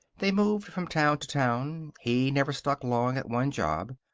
they moved from town to town. he never stuck long at one job.